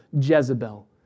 Jezebel